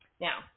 Now